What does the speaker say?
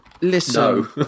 listen